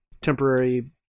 temporary